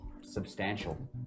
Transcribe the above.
substantial